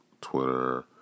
Twitter